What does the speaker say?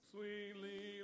Sweetly